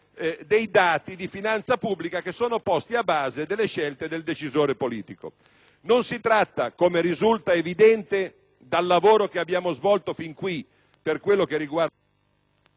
dei dati di finanza pubblica posti a base delle scelte del decisore politico. Non si tratta, come risulta evidente dal lavoro svolto fin qui, per quel che riguarda